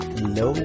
Hello